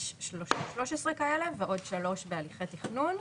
יש 13 כאלה ועוד שלוש בהליכי תכנון.